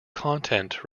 content